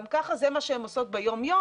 גם ככה זה מה שהן עושות ביום-יום,